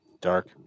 dark